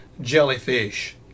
jellyfish